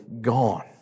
gone